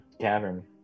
cavern